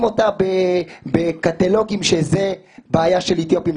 אותה בקטלוגים שזו בעיה של אתיופים.